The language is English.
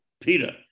Peter